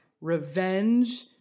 revenge